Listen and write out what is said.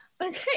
Okay